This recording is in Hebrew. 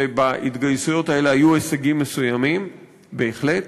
ובהתגייסויות האלה היו הישגים מסוימים, בהחלט.